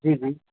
जी जी